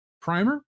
primer